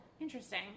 Interesting